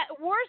worse